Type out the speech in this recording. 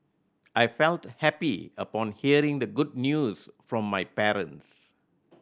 I felt happy upon hearing the good news from my parents